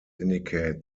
indicate